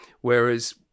Whereas